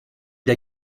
der